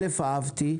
א', אהבתי,